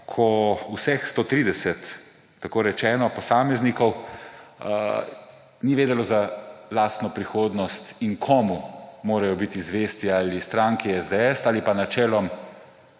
ko vseh 130 posameznikov ni vedelo za lastno prihodnost in komu morajo biti zvesti, ali stranki SDS ali pa načelom